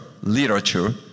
literature